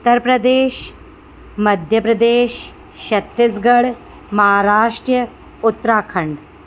Uttar Pradesh Madhya Pradesh Chhattisgarh Maharashtra Uttarakhand